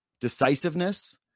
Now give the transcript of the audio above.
decisiveness